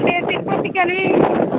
అంటే తిరుపతికి అని